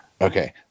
Okay